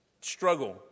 struggle